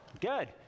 Good